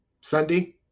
Sunday